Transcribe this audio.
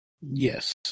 yes